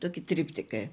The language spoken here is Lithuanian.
tokį triptiką